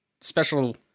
special